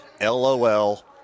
LOL